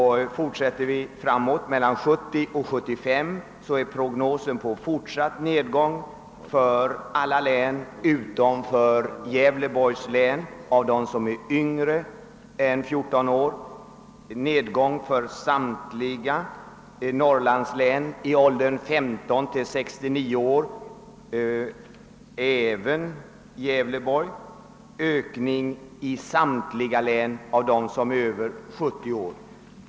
För perioden 1970—1975 visar prognosen en fortsatt nedgång för alla län utom Gävleborgs bland dem som är yngre än 14 år och en nedgång i samtliga norrlandslän av befolkningen i åldern 15—69 år men en ökning i samtliga län av dem som är över 70 år.